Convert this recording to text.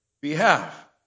behalf